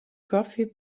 kofje